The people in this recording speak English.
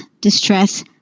distress